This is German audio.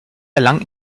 erlangt